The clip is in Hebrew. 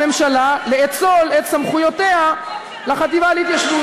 לממשלה לאצול את סמכויותיה לחטיבה להתיישבות.